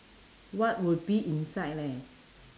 what would be inside leh